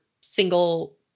single